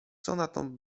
sonatą